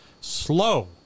slow